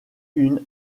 une